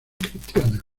cristianas